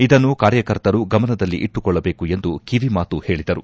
ಇದನ್ನು ಕಾರ್ಯಕರ್ತರು ಗಮನದಲ್ಲಿಟ್ಲುಕೊಳ್ಳಬೇಕು ಎಂದು ಕಿವಿ ಮಾತು ಹೇಳಿದರು